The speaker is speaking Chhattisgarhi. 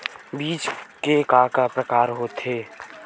बीज के का का प्रकार होथे?